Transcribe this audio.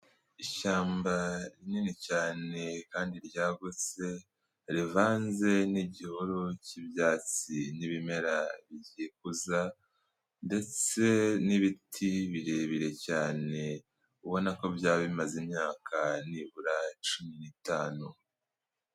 Ishyamba rinini cyane kandi ryagutse rivanze n'igihuru cy'ibyatsi n'ibimera byigikuza ndetse n'ibiti birebire cyane, ubona ko byaba bimaze imyaka nibura cumi n'itanu.